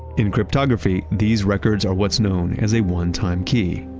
in cryptography, these records are what's known as a one time key